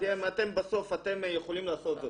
בסוף אתם יכולים לעשות זאת.